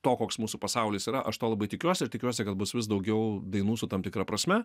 to koks mūsų pasaulis yra aš to labai tikiuosi ir tikiuosi kad bus vis daugiau dainų su tam tikra prasme